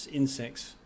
insects